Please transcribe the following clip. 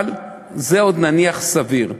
אבל זה עוד נניח סביר.